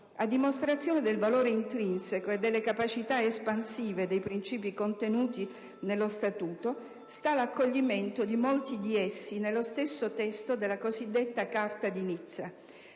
A dimostrazione del valore intrinseco e delle capacità espansive dei principi contenuti nello Statuto sta l'accoglimento di molti di essi nello stesso testo della cosiddetta Carta di Nizza: